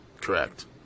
Correct